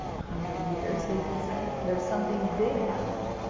hundred years, we can say, there is something big happening,